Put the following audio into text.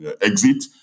exit